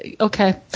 okay